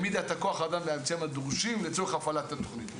העמידה את כוח האדם והאמצעים הדרושים לצורך הפעלת התוכנית.